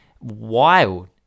wild